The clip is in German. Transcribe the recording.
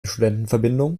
studentenverbindung